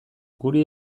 guri